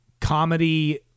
comedy